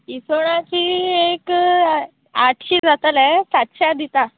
इसवणाची एक आठशी जातले सातश्या दिता